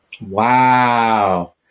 Wow